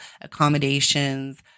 accommodations